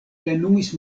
plenumis